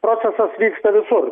procesas vyksta visur